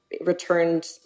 returned